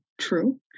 true